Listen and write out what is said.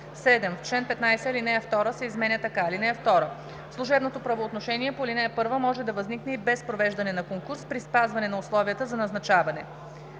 7. В чл. 15 ал. 2 се изменя така: „(2) Служебното правоотношение по ал. 1 може да възникне и без провеждане на конкурс при спазване на условията за назначаване.“